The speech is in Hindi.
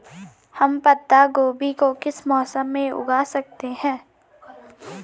हम पत्ता गोभी को किस मौसम में उगा सकते हैं?